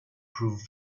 prove